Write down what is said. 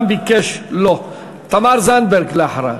לא, תמר זנדברג אחריה.